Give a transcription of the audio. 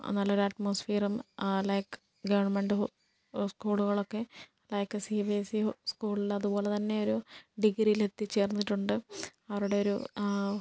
നല്ലൊരു അറ്റ്മോസ്ഫിയറും like government സ്ക്കൂളുകളൊക്കെ like C B S C സ്ക്കൂളിലതുപോലെ തന്നെയൊരു ഡിഗ്രിയിലെത്തി ചേർന്നിട്ടുണ്ട് അവരുടെ ഒരു ആ